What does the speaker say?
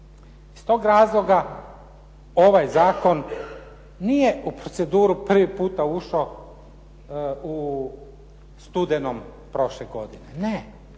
Iz tog razloga ovaj zakon nije u proceduru prvi puta ušao u studenom prošle godine. ne.